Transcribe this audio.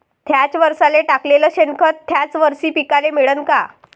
थ्याच वरसाले टाकलेलं शेनखत थ्याच वरशी पिकाले मिळन का?